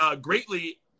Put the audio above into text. greatly